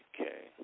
Okay